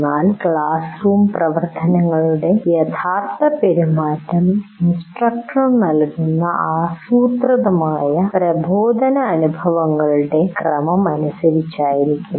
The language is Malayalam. എന്നാൽ ക്ലാസ് റൂം പ്രവർത്തനങ്ങളുടെ യഥാർത്ഥ പെരുമാറ്റം ഇൻസ്ട്രക്ടർ നൽകുന്ന ആസൂത്രിതമായ പ്രബോധന അനുഭവങ്ങളുടെ ക്രമം അനുസരിച്ചായിരിക്കും